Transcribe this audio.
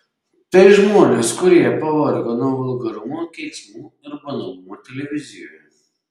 tai žmonės kurie pavargo nuo vulgarumo keiksmų ir banalumo televizijoje